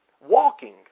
Walking